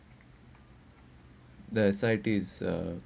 S_I_T uh